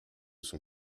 son